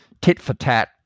tit-for-tat